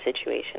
situation